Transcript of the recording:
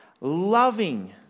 loving